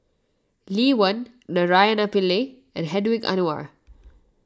Lee Wen Naraina Pillai and Hedwig Anuar